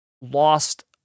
lost